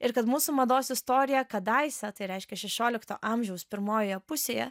ir kad mūsų mados istorija kadaise tai reiškia šešiolikto amžiaus pirmojoje pusėje